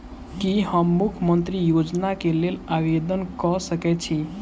की हम मुख्यमंत्री योजना केँ लेल आवेदन कऽ सकैत छी?